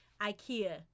Ikea